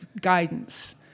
guidance